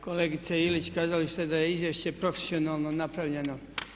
Kolegice Ilić kazali ste da je izvješće profesionalno napravljeno.